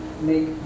make